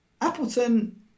Appleton